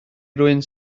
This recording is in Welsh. rywun